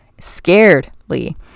scaredly